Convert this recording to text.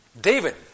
David